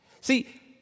See